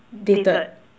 dated